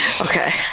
okay